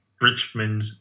Richmond